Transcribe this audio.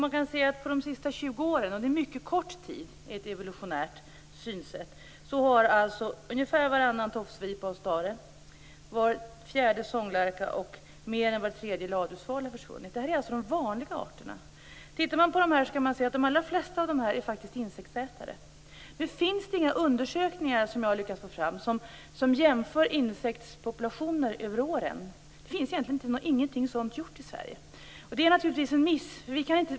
Under de senaste 20 åren - en mycket kort tid i ett evolutionärt perspektiv - har ungefär varannan tofsvipa och stare, var fjärde sånglärka och mer än var tredje ladusvala försvunnit. Detta är alltså de vanliga arterna. De allra flesta av dem är faktiskt insektsätare. Jag har inte lyckats få fram några undersökningar som jämför insektspopulationer över åren. Det finns egentligen ingenting sådant gjort i Sverige, och det är naturligtvis en miss.